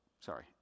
Sorry